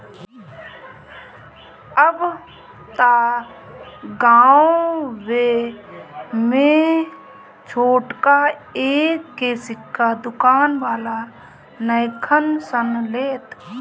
अब त गांवे में छोटका एक के सिक्का दुकान वाला नइखन सन लेत